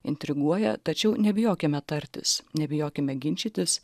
intriguoja tačiau nebijokime tartis nebijokime ginčytis